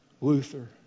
Luther